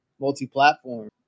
multi-platform